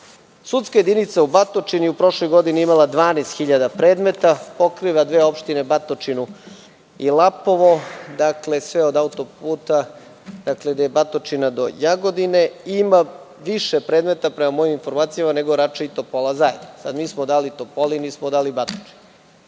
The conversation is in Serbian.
Sudska jedinica u Batočini je prošle godine imala 12.000 predmeta. Pokriva opštine Batočinu i Lapovo, sve od autoputa odakle je Batočina do Jagodine i ima više predmeta prema mojim informacijama nego Rača i Topola zajedno. Mi smo dali Topoli a nismo dali Batočini. Ponovo